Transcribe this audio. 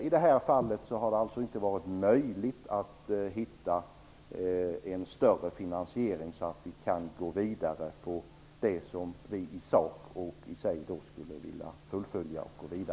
I det här fallet har det alltså inte varit möjligt att finna en större finansiering så att vi kan gå vidare med det som vi i sak och i sig skulle vilja fullfölja.